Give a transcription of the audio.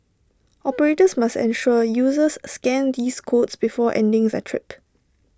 operators must ensure users scan these codes before ending their trip